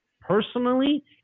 personally